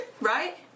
right